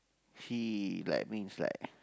he like means like